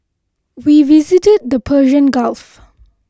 we visited the Persian Gulf